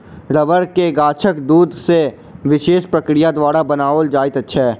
रबड़ के गाछक दूध सॅ विशेष प्रक्रिया द्वारा बनाओल जाइत छै